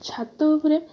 ଛାତ ଉପରେ